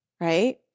right